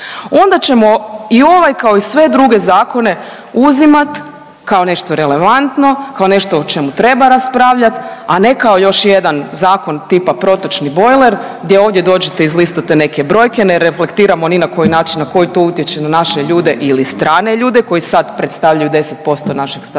Onda ćemo i ovaj kao i sve druge zakone uzimati kao nešto relevantno, kao nešto o čemu treba raspravljati, a ne kao još jedan zakon tipa protočni bojler gdje ovdje dođete, izlistate neke brojke ne reflektiramo ni na koji način na koji to utječe na naše ljude ili strane ljude koji sad predstavljaju 10% našeg stanovništva